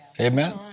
Amen